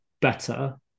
better